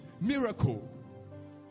Miracle